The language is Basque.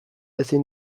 ezin